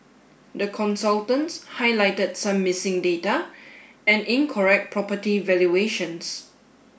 the consultants highlighted some missing data and incorrect property valuations